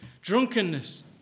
drunkenness